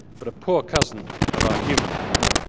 but a poor cousin of our human freedom.